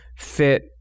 fit